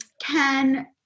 can-